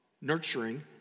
Nurturing